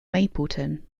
mapleton